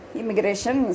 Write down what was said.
immigration